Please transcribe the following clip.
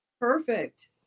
Perfect